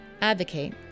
advocate